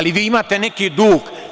Vi imate neki dug.